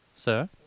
Sir